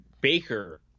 Baker